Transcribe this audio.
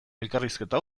elkarrizketa